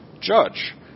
judge